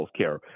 Healthcare